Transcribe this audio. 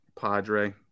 Padre